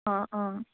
অঁ অঁ